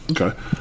okay